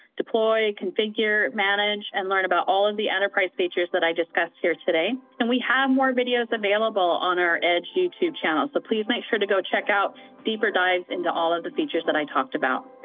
deploy, configure, manage, and learn about all of the enterprise features that i discussed here today. and we have more videos available on our edge youtube channel, so please make sure to go check out deeper dives into all of the features that i talked about.